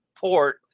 port